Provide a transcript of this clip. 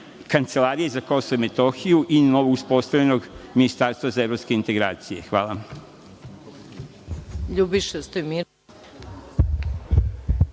Kancelarije za KiM i novo uspostavljenog ministarstva za evropske integracije. Hvala.